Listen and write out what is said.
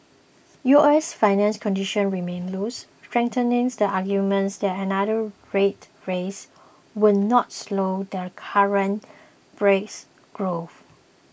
U S financial conditions remain loose strengthening the arguments that another rate rise would not slow their current brisk growth